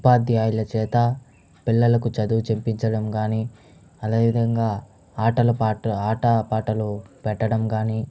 ఉపాధ్యాయుల చేత పిల్లలకు చదువు చెప్పించడం గాని అలా ఈ విధంగా ఆటలా పాటల ఆటా పాటలు పెట్టడం గాని